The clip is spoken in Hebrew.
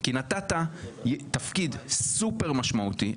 כי נתת תפקיד סופר משמעותי,